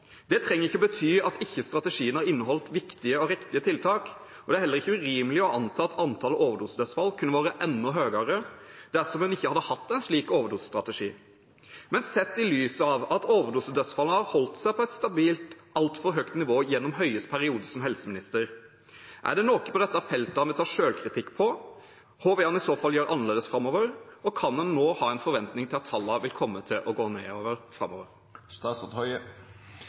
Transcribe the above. Det trenger ikke bety at strategien ikke inneholdt viktige og riktige tiltak, og det er heller ikke urimelig å anta at antallet overdosedødsfall kunne vært enda høyere dersom en ikke hadde hatt en slik overdosestrategi. Men sett i lys av at overdosedødsfallene har holdt seg på et stabilt, altfor høyt nivå gjennom Høies periode som helseminister, er det noe på dette feltet han vil ta selvkritikk for? Hva vil han i så fall gjøre annerledes, og kan en nå ha en forventning om at tallene kommer til å gå nedover